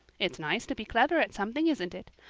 it's nice to be clever at something, isn't it?